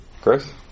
Chris